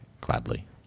gladly